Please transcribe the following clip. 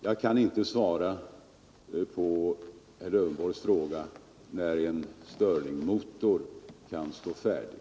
Jag kan inte svara på herr Lövenborgs fråga, när en stirlingmotor kan stå färdig.